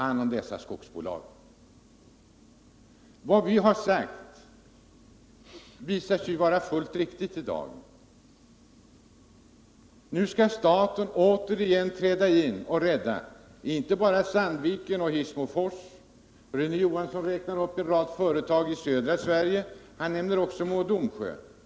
Vad vi har sagt har också visat sig vara fullt riktigt. Nu skall staten åter träda in och rädda inte bara fabrikerna i Sandviken och Hissmofors, utan också en mängd företag i södra Sverige, som Rune Johansson räknar upp. Han nämner också Mo och Domsjö.